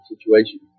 situation